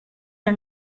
are